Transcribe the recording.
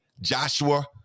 Joshua